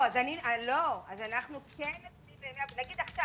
10לא. אז אנחנו כן --- נניח עכשיו,